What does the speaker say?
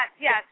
yes